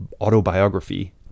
autobiography